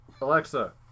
Alexa